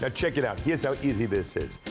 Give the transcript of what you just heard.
ah check it out. here's how easy this is.